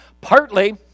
Partly